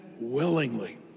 willingly